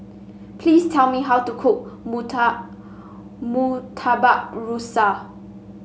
please tell me how to cook murta Murtabak Rusa